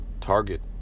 target